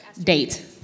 date